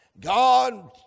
God